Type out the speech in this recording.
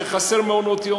שחסרים מעונות-יום,